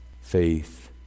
faith